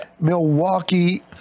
milwaukee